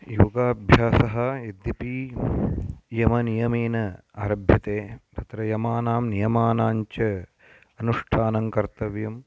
योगाभ्यासः यद्यपि यमनियमेन आरभ्यते तत्र यमानां नियमानाञ्च अनुष्ठानं कर्तव्यम्